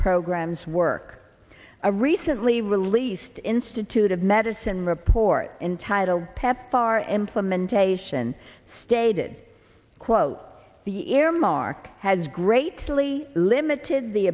programs work a recently released institute of medicine report entitled pepfar implementation stated quote the earmark has greatly limited the